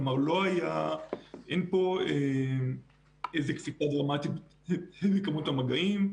כלומר, אין פה איזה --- בכמות המגעים.